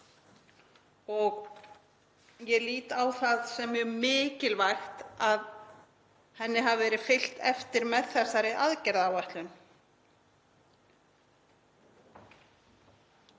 og ég lít á það sem mjög mikilvægt að henni hafi verið fylgt eftir með þessari aðgerðaáætlun.